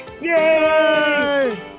Yay